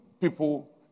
people